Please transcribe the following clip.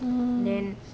mm